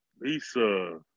Lisa